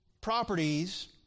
properties